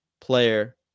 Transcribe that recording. player